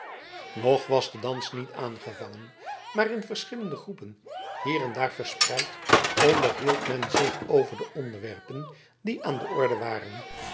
nog was de dans niet aangevangen maar in verschillende groepen hier en daar verspreid onderhield men zich over de onderwerpen die aan de orde waren